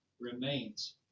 remains